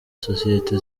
sosiyete